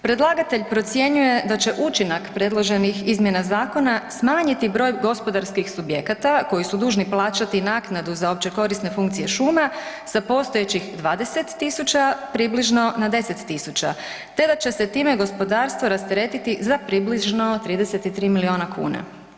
Predlagatelj procjenjuje da će učinak predloženih izmjena zakona smanjiti broj gospodarskih subjekata koji su dužni plaćati naknadu za općekorisne funkcije šuma sa postojećih 20.000 približno na 10.000 te da će se time gospodarstvo rasteretiti za približno 33 miliona kuna.